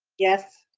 yes.